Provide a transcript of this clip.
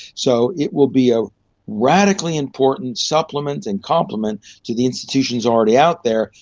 so it will be a radically important supplement and complement to the institutions already out there,